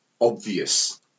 obvious